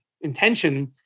intention